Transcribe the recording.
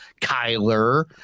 Kyler